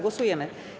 Głosujemy.